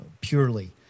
purely